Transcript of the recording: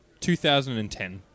2010